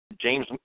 James